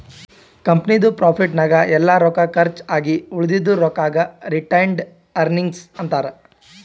ಕಂಪನಿದು ಪ್ರಾಫಿಟ್ ನಾಗ್ ಎಲ್ಲಾ ರೊಕ್ಕಾ ಕರ್ಚ್ ಆಗಿ ಉಳದಿದು ರೊಕ್ಕಾಗ ರಿಟೈನ್ಡ್ ಅರ್ನಿಂಗ್ಸ್ ಅಂತಾರ